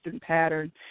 pattern